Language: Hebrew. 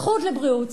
זכות לבריאות,